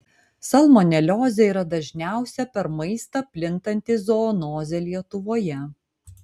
salmoneliozė yra dažniausia per maistą plintanti zoonozė lietuvoje